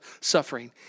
suffering